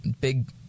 big